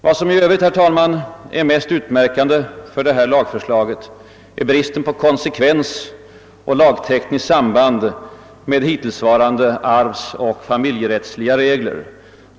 Vad som i övrigt är mest utmärkande för lagförslaget är bristen på konsekvens och lagtekniskt samband med hittillsvarande arvsoch familjerättsliga regler.